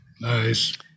Nice